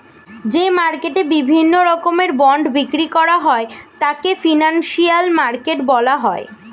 যে মার্কেটে বিভিন্ন রকমের বন্ড বিক্রি করা হয় তাকে ফিনান্সিয়াল মার্কেট বলা হয়